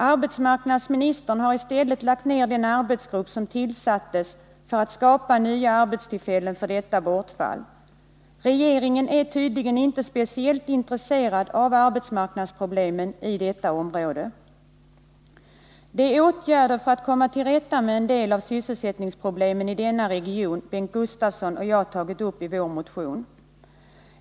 Arbetsmarknadsministern har i stället upplöst den arbetsgrupp som tillsattes för att skapa nya arbetstillfällen som ersättning för detta bortfall. Regeringen är tydligen inte speciellt intresserad av arbetsmarknadsproblemen i detta område. Det är åtgärder för att komma till rätta med en del av sysselsättningsproblemen i denna region Bengt Gustafsson och jag tagit upp i vår motion.